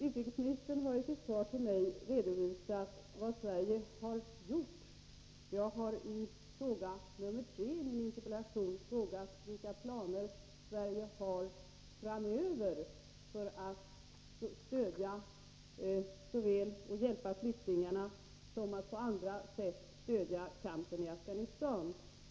Utrikesministern har i sitt svar till mig redovisat vad Sverige har gjort. Jag har i fråga nr 3 i min interpellation frågat vilka planer Sverige har framöver för att såväl stödja och hjälpa flyktingar som på andra sätt stödja kampen i Afghanistan.